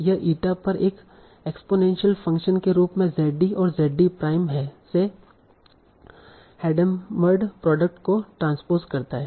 यह ईटा पर एक एक्सपोनेंशियल फंक्शन के रूप में Z d और Z d प्राइम से हैडमार्ड प्रोडक्ट को ट्रांस्पोस करता है